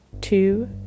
two